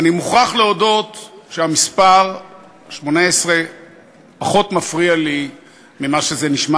אני מוכרח להודות שהמספר 18 פחות מפריע לי ממה שזה נשמע,